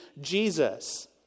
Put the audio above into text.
Jesus